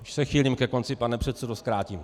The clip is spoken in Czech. Už se chýlím ke konci, pane předsedo, zkrátím.